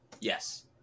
Yes